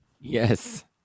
Yes